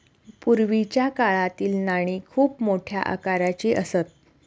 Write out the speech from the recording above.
पूर्वीच्या काळातील नाणी खूप मोठ्या आकाराची असत